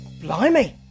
Blimey